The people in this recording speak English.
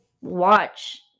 watch